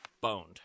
boned